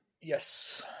Yes